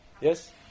Yes